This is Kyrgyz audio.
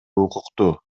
укуктуу